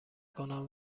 کنم